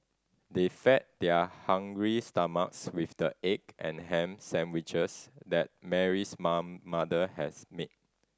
they fed their hungry stomachs with the egg and ham sandwiches that Mary's mum mother has made